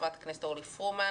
חברת הכנסת אורלי פרומן,